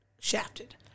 shafted